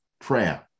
prayer